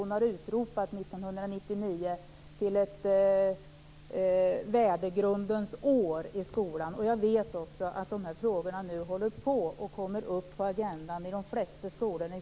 Hon har utropat 1999 till ett värdegrundens år i skolan. Jag vet också att de här frågorna håller på att komma upp på agendan i de flesta skolorna.